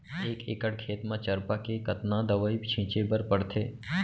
एक एकड़ खेत म चरपा के कतना दवई छिंचे बर पड़थे?